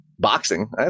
boxing